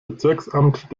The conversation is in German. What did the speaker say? bezirksamt